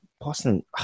Boston